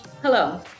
Hello